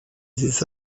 des